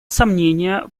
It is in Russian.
сомнения